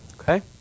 Okay